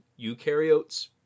eukaryotes